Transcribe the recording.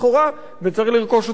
וצריך לרכוש אותה בכסף.